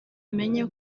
amenye